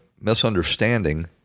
misunderstanding